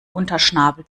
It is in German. unterschnabel